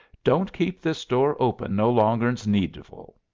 don't keep this door open no longer'n is needful.